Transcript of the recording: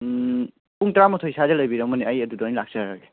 ꯄꯨꯡ ꯇꯥꯔꯥꯃꯥꯊꯣꯏ ꯁ꯭ꯋꯥꯏꯗ ꯂꯩꯕꯤꯔꯃꯣꯅꯦ ꯑꯩ ꯑꯗꯨꯗ ꯑꯣꯏꯅ ꯂꯥꯛꯆꯔꯒꯦ